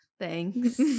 Thanks